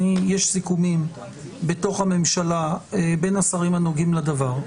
יש סיכומים בתוך בממשלה בין השרים הנוגעים לדבר.